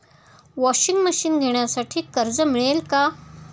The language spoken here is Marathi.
वॉशिंग मशीन घेण्यासाठी कर्ज मिळेल का?